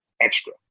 extra